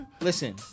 listen